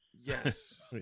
Yes